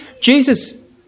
Jesus